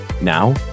now